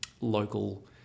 local